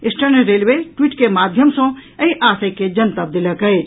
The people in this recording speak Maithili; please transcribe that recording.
ईस्टर्न रेलवे ट्वीट के माध्यम सँ एहि आशय के जनतब देलक अछि